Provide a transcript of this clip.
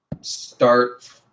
start